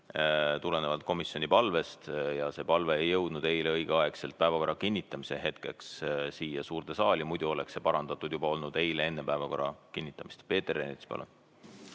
tulenevalt komisjoni palvest – ei jõudnud eile õigeaegselt päevakorra kinnitamise hetkeks siia suurde saali, muidu oleks see parandatud olnud juba eile enne päevakorra kinnitamist. Peeter Ernits, palun!